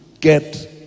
get